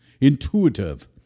intuitive